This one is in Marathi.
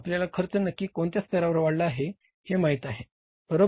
आपल्याला खर्च नक्की कोणत्या स्तरावर वाढला आहे हे माहित आहे बरोबर